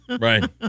Right